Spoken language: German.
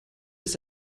ist